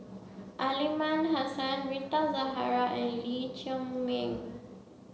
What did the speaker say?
Aliman Hassan Rita Zahara and Lee Chiaw Ming